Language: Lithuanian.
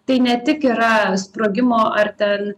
tai ne tik yra sprogimo ar ten